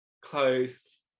close